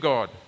God